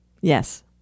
Yes